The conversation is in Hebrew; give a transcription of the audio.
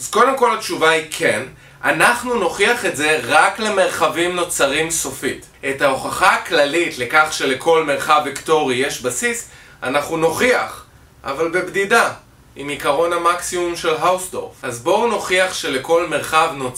אז קודם כל התשובה היא כן. אנחנו נוכיח את זה רק למרחבים נוצרים סופית את ההוכחה הכללית לכך שלכל מרחב וקטורי יש בסיס אנחנו נוכיח, אבל בבדידה עם עיקרון המקסימום של האוסטור אז בואו נוכיח שלכל מרחב נוצר